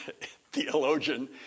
theologian